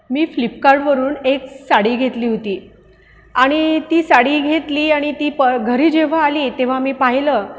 मी फ्लिपकार्टवरून एक साडी घेतली होती आणि ती साडी घेतली आणि ती प घरी जेव्हा आली तेव्हा मी पाहिलं